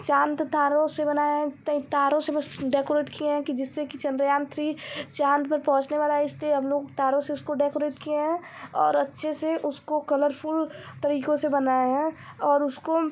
चाँद तारों से बनाया हे तारों से बस डेकोरेट किए हैं जिससे कि चंद्रयान थ्री चाँद पर पहुंचने वाला इसलिए हम लोग तारों से उसको डेकोरेट किए हैं और अच्छे से उसको कलरफुल तरीकों से बनाया है और उसको